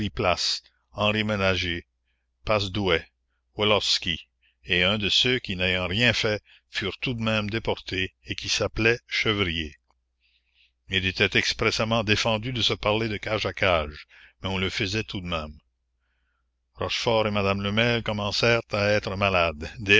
place henri menager passedouet wolowski et un de ceux qui n'ayant rien fait furent tout de même déportés et qui s'appelait chevrier il était expressément défendu de se parler de cage à cage mais on le faisait tout de même rochefort et madame lemel commencèrent à être malades